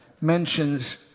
mentions